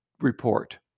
report